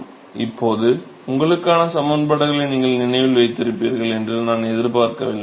இப்போது உங்களுக்கான சமன்பாடுகளை நீங்கள் நினைவில் வைத்திருப்பீர்கள் என்று நான் எதிர்பார்க்கவில்லை